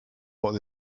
what